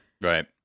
Right